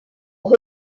ont